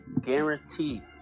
Guaranteed